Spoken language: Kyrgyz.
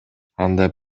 анда